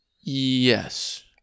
Yes